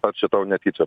ar čia tau netyčia